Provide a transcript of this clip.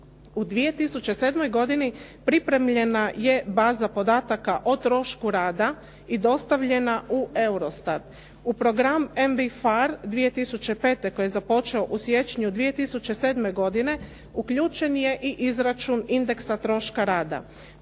U 2007. godini pripremljena je baza podataka o trošku rada i dostavljena u Eurostat. U program MB Phar 2005. koji je započeo u siječnju 2007. godine uključen je i izračun indeksa troška rada.